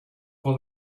for